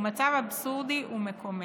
הוא מצב אבסורדי ומקומם.